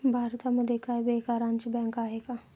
भारतामध्ये काय बेकारांची बँक आहे का?